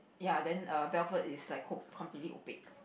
ya then err Velvet is like co~ completely opaque